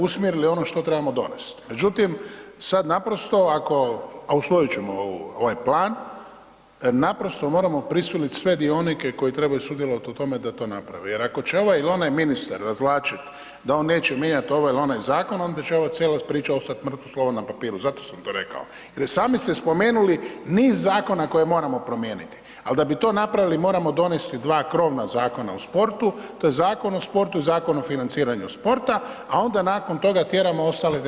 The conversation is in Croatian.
usmjerili ono što trebamo donest međutim sad naprosto ako a usvojit ćemo ovaj plan, a naprosto moramo prisiliti sve dionike koji trebaju sudjelovati u tome da to naprave jer ako će ovaj ili onaj ministar razvlačit da on neće mijenjat ovaj ili onaj zakon, onda će ova cijela priča ostati mrtvo slovo na papiru, zato sam to rekao. jer sami ste spomenuli niz zakona koje moramo promijeniti ali da bi to napravili, moramo donesti dva krovna zakona o sportu, to je Zakon o sportu i Zakon o financiranju sporta a onda nakon toga tjeramo ostale te ... zakone.